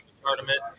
tournament